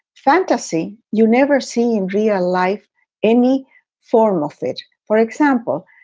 fantasy you never see in real life any form of it. for example,